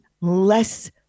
less